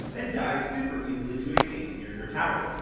then dies super easily to a gank near her tower.